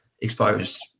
exposed